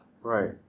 Right